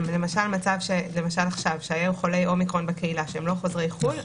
אבל מצב כמו עכשיו שהיו חולי אומיקרון בקהילה שהם לא חוזרי חו"ל,